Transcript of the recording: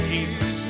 Jesus